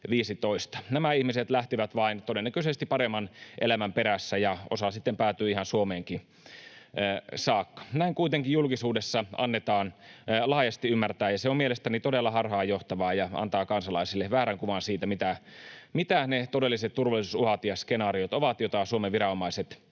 Nämä ihmiset lähtivät vain todennäköisesti paremman elämän perässä, ja osa sitten päätyi ihan Suomeenkin saakka. Näin kuitenkin julkisuudessa annetaan laajasti ymmärtää, ja se on mielestäni todella harhaanjohtavaa ja antaa kansalaisille väärän kuvan siitä, mitä ovat ne todelliset turvallisuusuhat ja skenaariot, joita Suomen viranomaiset